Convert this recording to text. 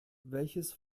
welches